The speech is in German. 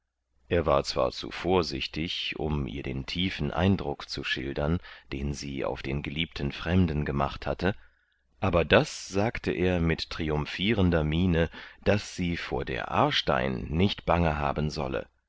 er war zwar zu vorsichtig um ihr den tiefen eindruck zu schildern den sie auf den geliebten fremden gemacht hatte aber das sagte er mit triumphierender miene daß sie vor der aarstein nicht bange haben solle